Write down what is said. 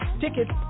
Tickets